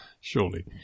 surely